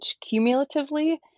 cumulatively